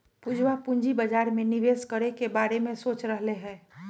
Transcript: पूजवा पूंजी बाजार में निवेश करे के बारे में सोच रहले है